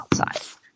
outside